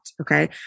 Okay